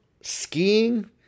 skiing